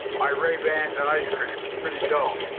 my ray bans and ice cream. it's pretty dull.